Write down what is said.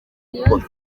gukora